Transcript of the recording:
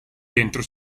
dentro